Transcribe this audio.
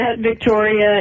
Victoria